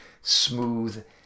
smooth